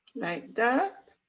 that.